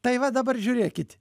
tai va dabar žiūrėkit